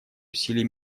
усилий